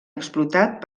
explotat